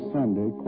Sunday